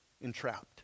entrapped